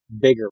bigger